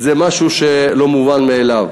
זה משהו שהוא לא מובן מאליו.